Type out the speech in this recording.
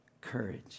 courage